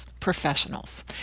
professionals